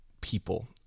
people